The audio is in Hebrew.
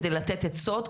כדי לתת עצות,